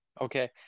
Okay